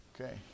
Okay